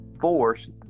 force